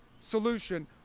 solution